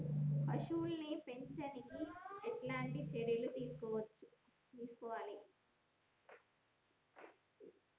పశువుల్ని పెంచనీకి ఎట్లాంటి చర్యలు తీసుకోవాలే?